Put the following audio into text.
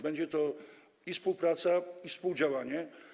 Będzie to i współpraca, i współdziałanie.